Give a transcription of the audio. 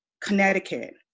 Connecticut